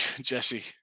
Jesse